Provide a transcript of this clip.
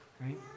right